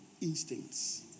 instincts